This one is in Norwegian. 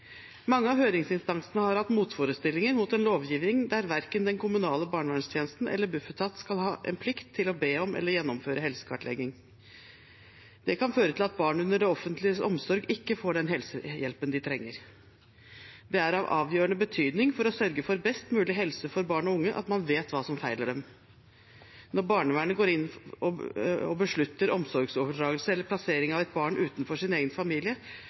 Mange av høringsinstansene har hatt motforestillinger mot en lovgivning der verken den kommunale barnevernstjenesten eller Bufetat skal ha plikt til å be om eller gjennomføre helsekartlegging. Det kan føre til at barn under det offentliges omsorg ikke får den helsehjelpen de trenger. Det er av avgjørende betydning for å sørge for best mulig helse for barn og unge at man vet hva som feiler dem. Når barnevernet går inn og beslutter omsorgsoverdragelse eller plassering av et barn utenfor dets egen familie,